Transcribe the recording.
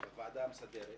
בוועדה המסדרת,